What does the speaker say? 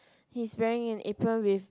he's wearing an apron with